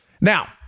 Now